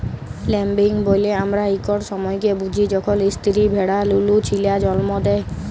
lambing ব্যলে আমরা ইকট সময়কে বুঝি যখল ইস্তিরি ভেড়া লুলু ছিলা জল্ম দেয়